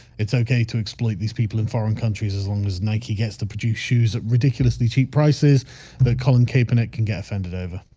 it's okay to exploit these people in foreign countries as long as nike gets to produce shoes at ridiculously cheap prices that colin kaepernick can get offended over